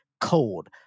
cold